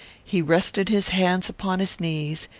he rested his hands upon his knees,